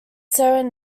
seven